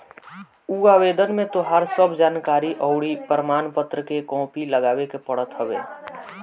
उ आवेदन में तोहार सब जानकरी अउरी प्रमाण पत्र के कॉपी लगावे के पड़त हवे